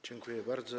Dziękuję bardzo.